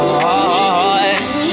lost